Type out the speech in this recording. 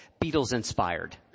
Beatles-inspired